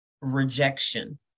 rejection